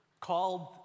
called